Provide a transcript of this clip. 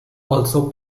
also